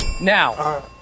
Now